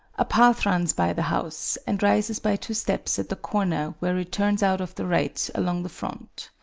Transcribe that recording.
a path runs by the house, and rises by two steps at the corner where it turns out of the right along the front.